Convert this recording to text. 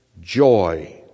joy